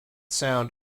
sound